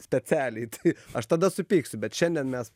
specialiai tai aš tada supyksiu bet šiandien mes